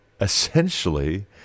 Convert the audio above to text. essentially